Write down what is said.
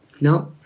No